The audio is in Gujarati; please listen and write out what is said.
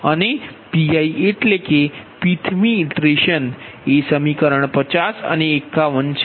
અને Piએટલે કે pthમી ઇટરેશન એ સમીકરણ 50 અને 51 છે